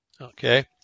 Okay